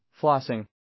flossing